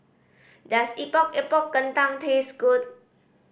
does Epok Epok Kentang taste good